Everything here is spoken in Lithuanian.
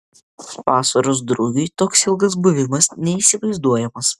vasaros drugiui toks ilgas buvimas neįsivaizduojamas